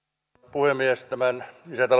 puhemies tämän